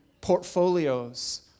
portfolios